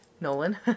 Nolan